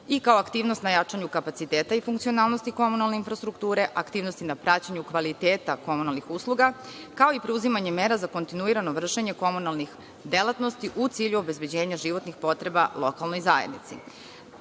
i kao aktivnost na jačanju kapaciteta i funkcionalnosti komunalne infrastrukture, aktivnosti na praćenju kvaliteta komunalnih usluga, kao i preuzimanje mera za kontinuirano vršenje komunalnih delatnosti u cilju obezbeđenja životnih potreba lokalnoj zajednici. Do